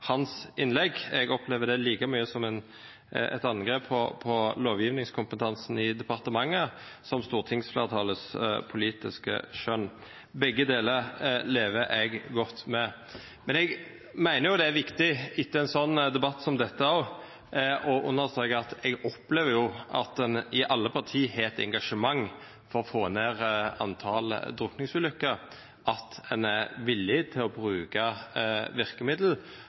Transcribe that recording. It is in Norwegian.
hans innlegg. Jeg opplever det like mye som et angrep på lovgivningskompetansen i departementet som på stortingsflertallets politiske skjønn. Begge deler lever jeg godt med. Men jeg mener det er viktig etter en sånn debatt som denne å understreke at jeg opplever at en i alle partier har et engasjement for å få ned antall drukningsulykker, og at en er villig til å bruke